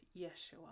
Yeshua